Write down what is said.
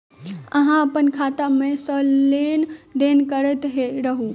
अहाँ अप्पन खाता मे सँ लेन देन करैत रहू?